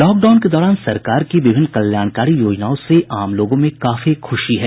lockdown के दौरान सरकार की विभिन्न कल्याणकारी योजनाओं से आम लोगों में काफी खूशी है